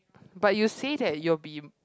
but you say that you will be